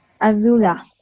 Azula